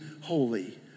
holy